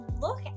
look